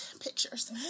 pictures